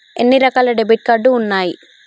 ఎన్ని రకాల debit card ఉన్నాయి?